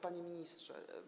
Panie Ministrze!